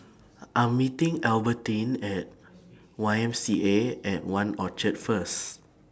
I Am meeting Albertine At Y M C A At one Orchard First